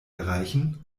erreichen